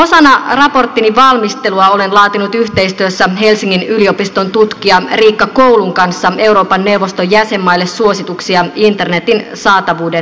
osana raporttini valmistelua olen laatinut yhteistyössä helsingin yliopiston tutkija riikka koulun kanssa euroopan neuvoston jäsenmaille suosituksia internetin saatavuuden varmistamiseksi